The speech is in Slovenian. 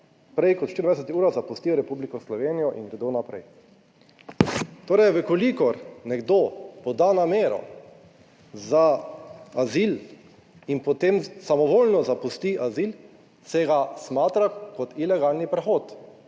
prej kot v 24-urah zapustijo Republiko Slovenijo in gredo naprej." Torej, v kolikor nekdo poda namero za azil in potem samovoljno zapusti azil se ga smatra kot ilegalni prehod.